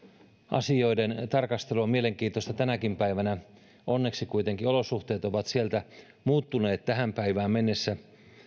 asioiden näkökulmasta niiden tarkastelu on mielenkiintoista tänäkin päivänä onneksi kuitenkin olosuhteet ovat muuttuneet tähän päivään mennessä